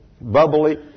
bubbly